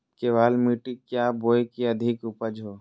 केबाल मिट्टी क्या बोए की अधिक उपज हो?